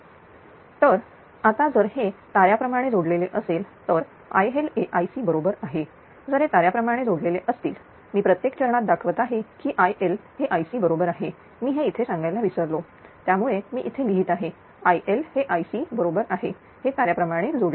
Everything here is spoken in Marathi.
तर आता जर हे तारण प्रमाणे जोडलेले असेल तर IL हे IC बरोबर आहे जर हे ताऱ्याप्रमाणे जोडलेले असतील मी प्रत्येक चरणात दाखवत आहे की IL हे IC बरोबर आहे मी हे इथे सांगायला विसरलो त्यामुळे मी इथे लिहित आहे IL हे IC बरोबर आहे हे तार्याप्रमाणे जोडले आहे